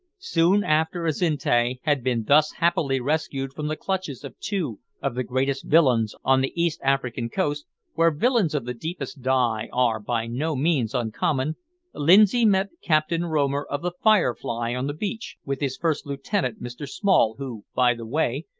soon after azinte had been thus happily rescued from the clutches of two of the greatest villains on the east african coast where villains of the deepest dye are by no means uncommon lindsay met captain romer of the firefly on the beach, with his first lieutenant mr small, who, by the way,